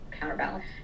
counterbalance